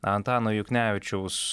antano juknevičiaus